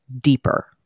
deeper